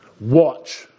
Watch